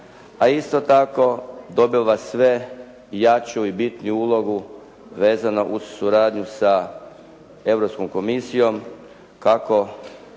a isto tako dobiva sve jaču i bitniju ulogu vezano uz suradnju sa Europskom komisijom kako